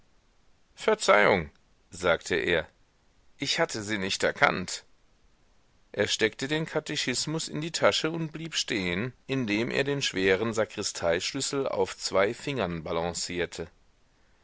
verzeihung sagte er ich hatte sie nicht erkannt er steckte den katechismus in die tasche und blieb stehen indem er den schweren sakristeischlüssel auf zwei fingern balancierte